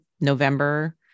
November